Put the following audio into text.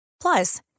Plus